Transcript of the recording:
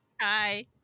Hi